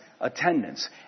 attendance